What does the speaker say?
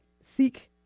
seek